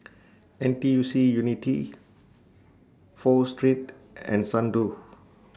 N T U C Unity Pho Street and Xndo